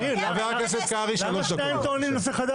ניר, למה שניים טוענים נושא חדש?